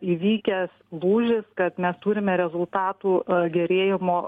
įvykęs lūžis kad mes turime rezultatų gerėjimo